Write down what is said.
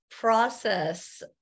process